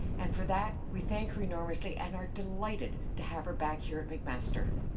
and for that we thank her enormously and are delighted to have her back here at mcmaster.